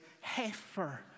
heifer